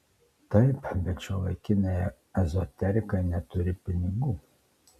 taip bet šiuolaikiniai ezoterikai neturi pinigų